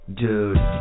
dude